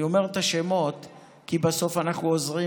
אני אומר את השמות כי בסוף אנחנו עוזרים